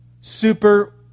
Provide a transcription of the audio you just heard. Super